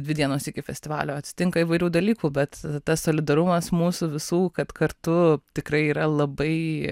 dvi dienos iki festivalio atsitinka įvairių dalykų bet tas solidarumas mūsų visų kad kartu tikrai yra labai